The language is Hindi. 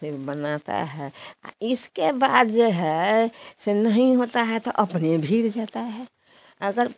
फिर बनाता है इसके बाद जे है से नहीं होता है त अपने भीर जाता है अगर